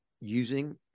using